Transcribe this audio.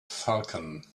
falcon